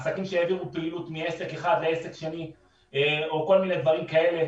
עסקים שהעבירו פעילות מעסק אחד לעסק שני או כל מיני דברים כאלה,